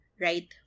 right